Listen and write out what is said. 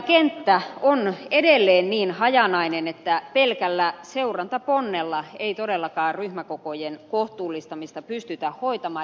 kuntakenttä on edelleen niin hajanainen että pelkällä seurantaponnella ei todellakaan ryhmäkokojen kohtuullistamista pystytä hoitamaan